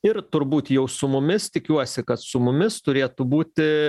ir turbūt jau su mumis tikiuosi kad su mumis turėtų būti